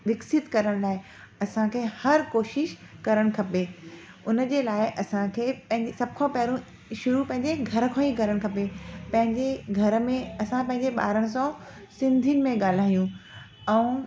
विकसित लाइ असांखे हर कोशिश करणु खपे उन जे लाइ असांखे पंहिंजे सभ खां पहिरयों शिरु पंहिंजे घर खां ई करणु खपे पंहिंजे घर में असां पंहिंजे ॿारनि सां सिंधी में ॻाल्हायूं ऐं